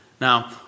Now